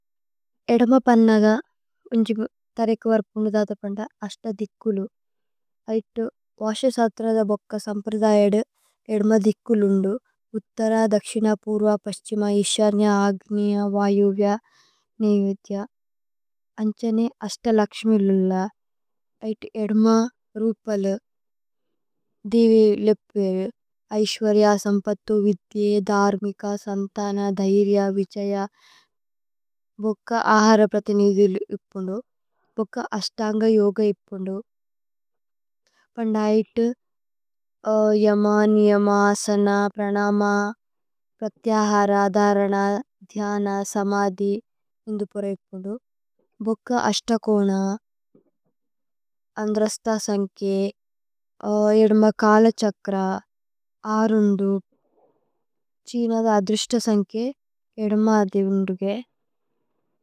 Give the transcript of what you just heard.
ഏദ്മ പന്നഗ ഉന്ജിബു തരേകു വര്പുന്ദു ദഥപന്ദ। അശ്ത ദിക്കുലു ഐതു വാശസത്രദ ബോക്ക സമ്പ്രദയദു। ഏദ്മ ദിക്കുലുന്ദു ഉത്തര, ദക്ശിന, പുര്വ, പസ്ഛിമ। ഇശന്യ, അഗ്നിയ, വയുവ്യ, നേവേധ്യ അന്ഛനേ അശ്ത। ലക്ശ്മി ലുല്ല ഐതു ഏദ്മ രുപലു ദേവേ ലിപ്വേരു ഐശ്വര്യ। സമ്പഥു, വിധ്യേ, ധര്മിക, സന്തന, ധൈര്യ, വിഛയ। ഭോക്ക ആഹര പ്രതിനീജിലു ഇപ്പുന്ദു ഭോക്ക അശ്തന്ഗ യോഗ। ഇപ്പുന്ദു പന്ദയിതു, യമ, നിയമ, അസന, പ്രനമ। പ്രത്യഹര, ധരന, ധ്യന, സമധി ഭോക്ക അശ്ത। കോന അന്ദ്രസ്ത സന്ഖേ ഏദ്മ കാല ഛക്ര അരുന്ദു। ഛ്ഹിനദ അധ്രിശ്ത സന്ഖേ ഏദമ അധേവിന്ദുഗേ।